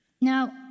Now